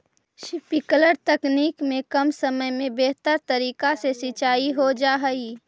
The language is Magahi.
स्प्रिंकलर तकनीक में कम समय में बेहतर तरीका से सींचाई हो जा हइ